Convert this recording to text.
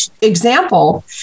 example